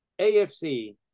AFC